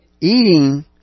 Eating